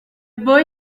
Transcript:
boy